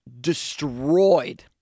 destroyed